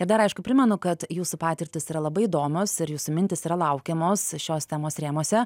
ir dar aišku primenu kad jūsų patirtys yra labai įdomios ir jūsų mintys yra laukiamos šios temos rėmuose